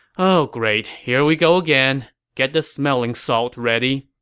oh great, here we go again. get the smelling salt ready